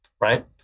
right